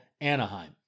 Anaheim